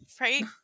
Right